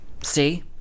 See